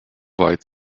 weit